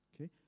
Okay